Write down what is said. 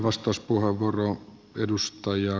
arvoisa puhemies